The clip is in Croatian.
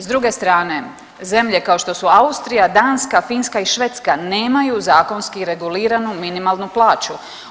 S druge strane zemlje kao što Austrija, Danska, Finska i Švedska nemaju zakonski reguliranu minimalnu plaću.